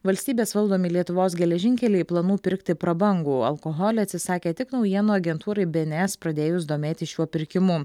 valstybės valdomi lietuvos geležinkeliai planų pirkti prabangų alkoholį atsisakė tik naujienų agentūrai bė en es pradėjus domėtis šiuo pirkimu